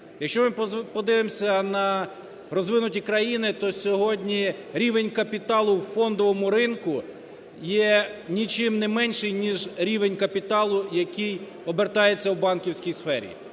Якщо ми подивимося на розвинуті країни, то сьогодні рівень капіталу в фондовому ринку є нічим не менший, ніж рівень капіталу, який обертається в банківській сфері.